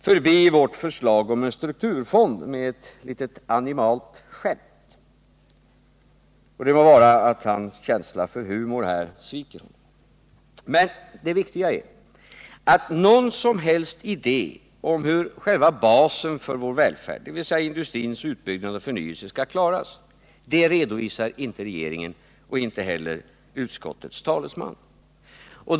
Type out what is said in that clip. Sedan går Björn Molin med ett litet animalt skämt förbi vårt förslag om en strukturfond. Det må vara att hans känsla för humor sviker honom. Men det viktiga är att regeringen inte redovisar någon som helst idé om hur själva basen för vår välfärd, dvs. industrins utbyggnad och förnyelse, skall klaras. Inte heller utskottets talesman gör detta.